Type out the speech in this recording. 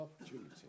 opportunity